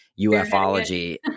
UFOlogy